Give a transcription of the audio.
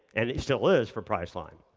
and he still is for priceline.